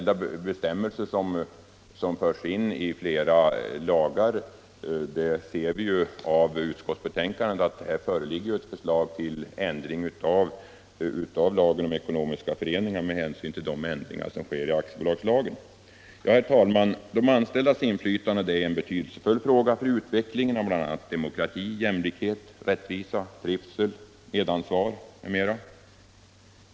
Det framgår av utskottsbetänkandet att det föreligger ett förstag till ändring av lagen om ekonomiska föreningar med hänsyn till de föreslagna ändringarna av aktiebolagslagen. Herr talman! De anställdas inflytande är en betydelsefull fråga för utvecklingen av bl.a. demokrati, jämlikhet, rättvisa, trivsel och medansvar.